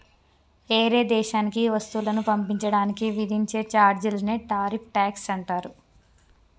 ఏరే దేశానికి వస్తువులను పంపించడానికి విధించే చార్జీలనే టారిఫ్ ట్యాక్స్ అంటారు